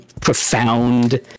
profound